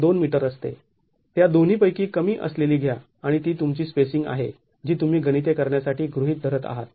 २ metre असते त्या दोन्ही पैकी कमी असलेली घ्या आणि ती तुमची स्पेसिंग आहे जी तुम्ही गणिते करण्यासाठी गृहीत धरत आहात